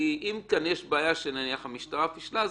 כי אם יש בעיה שהמשטרה פישלה,